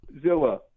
Zilla